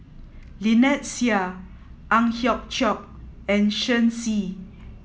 Lynnette Seah Ang Hiong Chiok and Shen Xi